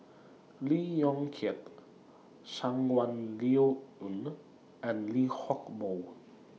Lee Yong Kiat Shangguan Liuyun and Lee Hock Moh